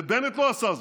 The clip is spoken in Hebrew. בנט לא עשה זאת.